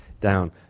down